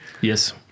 Yes